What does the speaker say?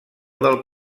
del